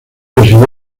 residió